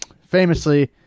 Famously